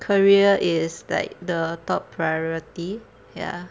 career is like the top priority ya